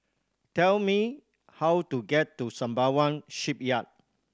tell me how to get to Sembawang Shipyard